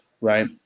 Right